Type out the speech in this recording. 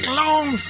long